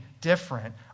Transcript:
different